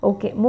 Okay